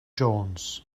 jones